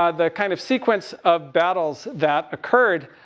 ah the kind of sequence of battles that occurred